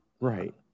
Right